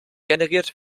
generiert